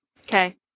Okay